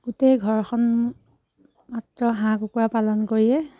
গোটেই ঘৰখন মাত্ৰ হাঁহ কুকুৰা পালন কৰিয়ে